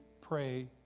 pray